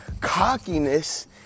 Cockiness